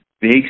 big